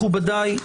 מכובדיי,